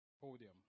podium